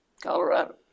Colorado